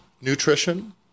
nutrition